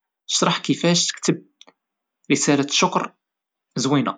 اشرح كيفاش تكتب رسالة شكر زوينة.